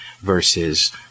versus